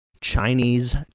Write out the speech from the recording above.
Chinese